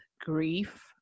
grief